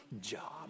job